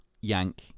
Yank